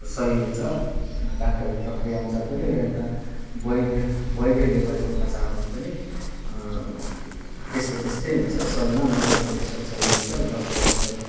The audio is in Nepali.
सही हुन्छ डाक्टरी प्रक्रिया अनुसार पनि र यता वैद्ध वैद्धले गरेको उपचारमा पनि त्यस्तो त्यस्तै हुन्छ सयमा नब्बे प्रतिशत सही हुन्छ दस प्रतिशत